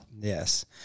Yes